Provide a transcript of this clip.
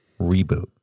reboot